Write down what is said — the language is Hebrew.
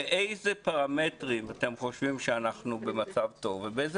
באיזה פרמטרים אתם חושבים שאנחנו במצב טוב ואיזה